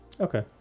Okay